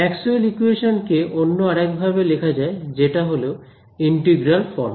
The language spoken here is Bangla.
ম্যাক্সওয়েল ইকোয়েশনস কে অন্য আরেক ভাবে লেখা যায় যেটা হলো ইন্টিগ্রাল ফর্ম